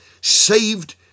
saved